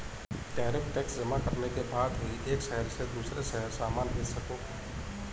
tariff tax जमा करने के बाद ही एक शहर से दूसरे शहर सामान भेज सकोगे